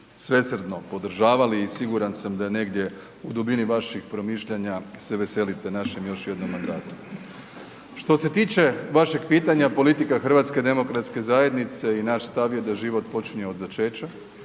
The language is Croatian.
svesrdno podržavali i siguran sam da negdje u dubini vaših promišljanja se veselite našem još jednom mandatu. Što se tiče vašeg pitanja, politika HDZ-a i naš stav je da život počinje od začeća,